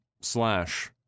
slash